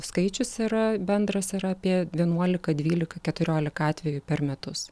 skaičius yra bendras yra apie vienuolika dvylika keturiolika atvejų per metus